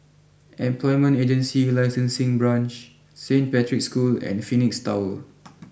Employment Agency Licensing Branch Saint Patrick's School and Phoenix Tower